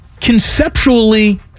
conceptually